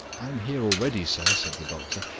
i am here already, sir, said the doctor,